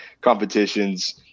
competitions